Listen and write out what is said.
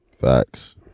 Facts